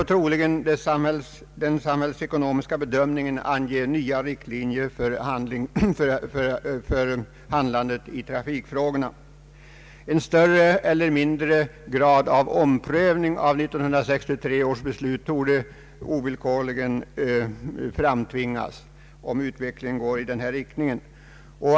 Troligen får den samhällsekonomiska bedömningen ange nya riktlinjer för handlandet i trafikfrågorna. En större eller mindre grad av omprövning av 1963 års beslut torde ovillkorligen framtvingas, om utvecklingen går i denna riktning.